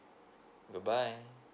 good bye